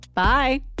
Bye